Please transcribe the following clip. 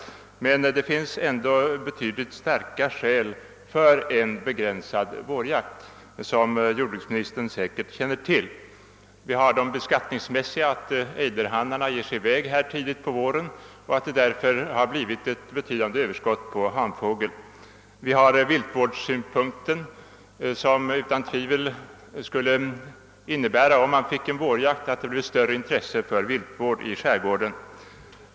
Det föreligger emellertid också verkligt starka skäl för en begränsad vårjakt, vilket jordbruksministern säkerligen känner till. Vi har de beskattningsmässiga skälen. Ejderhannarna ger sig i väg söderut redan på våren och försommaren, varför det har blivit ett betydande överskott punkter. Utan tvivel skulle en vårjakt medföra ett större intresse för viltvård i skärgården.